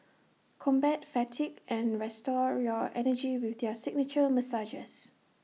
combat fatigue and restore your energy with their signature massages